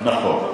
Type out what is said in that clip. נכון,